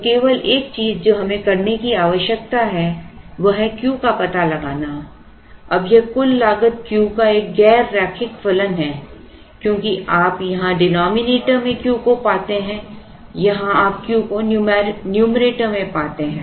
तो केवल एक चीज जो हमें करने की आवश्यकता है वह है Q का पता लगाना अब यह कुल लागत Q का एक गैर रैखिक फलन है क्योंकि आप यहां denominator में Q को पाते हैं यहां आप Q को numerator में पाते हैं